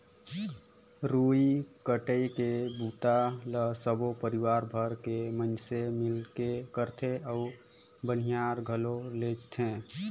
लुवई कटई के बूता ल सबो परिवार भर के मइनसे मिलके करथे अउ बनियार घलो लेजथें